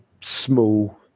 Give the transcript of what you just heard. small